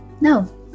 no